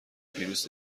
ویروس